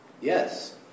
Yes